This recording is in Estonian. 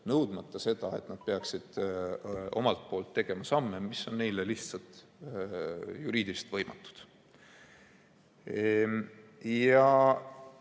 nõudmata seda, et nad peaksid omalt poolt tegema samme, mis on neile lihtsalt juriidiliselt võimatud.